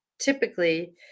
Typically